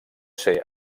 ser